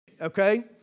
okay